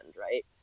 Right